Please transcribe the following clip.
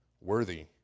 worthy